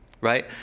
Right